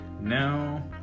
now